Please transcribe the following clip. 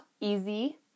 easy